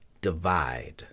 divide